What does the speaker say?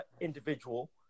individual